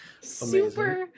Super